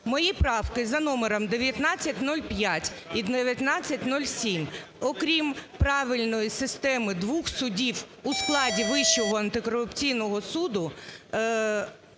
Мої правки за номером 1905 і 1907, окрім правильної системи двох судів у складі Вищого антикорупційного суду,